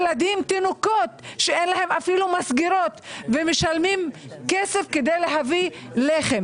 ילדים ותינוקות רק כדי להביא לחם.